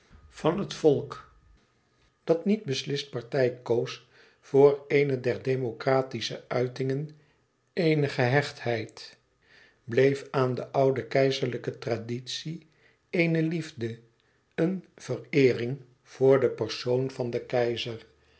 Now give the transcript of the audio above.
van het volk dat niet beslist partij koos voor eene der democratische uitingen eene gehechtheid bleef aan de oude keizerlijke traditie eene liefde een vereering voor de persoon van den keizer